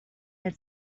had